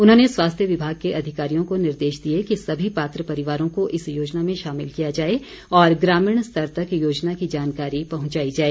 उन्होंने स्वास्थ्य विमाग के अधिकारियों को निर्देश दिए कि सभी पात्र परिवारों को इस योजना में शामिल किया जाए और ग्रामीण स्तर तक योजना की जानकारी पहुंचाई जाए